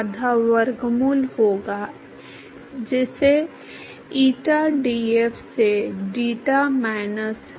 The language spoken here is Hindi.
और यदि आप घर्षण गुणांक ज्ञात करना चाहते हैं तो हम यही चाहते हैं क्योंकि हम यही खोजना चाहते हैं कि हमें संपूर्ण प्रोफ़ाइल में कोई दिलचस्पी नहीं है संपूर्ण प्रोफ़ाइल को देखना बहुत उबाऊ है